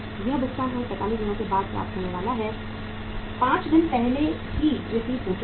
यह भुगतान हमें 45 दिनों के बाद प्राप्त होने वाला है 5 दिन पहले ही व्यतीत हो चुके हैं